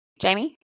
Jamie